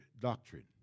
doctrine